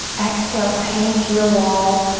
exhale, paint your wall.